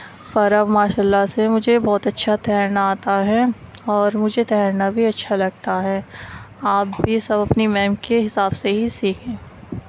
اور اب ماشاء اللہ سے مجھے بہت اچھا تیرنا آتا ہے اور مجھے تیرنا بھی اچھا لگتا ہے آپ بھی سب اپنی میم کے حساب سے ہی سیکھیں